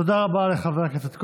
תודה רבה לחבר הכנסת כהן.